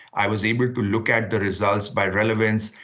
i was able to go look at the results by relevance,